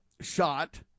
shot